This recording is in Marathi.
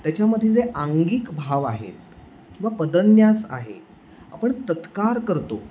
त्याच्यामध्ये जे आंगिक भाव आहेत किंवा पदन्यास आहे आपण तत्कार करतो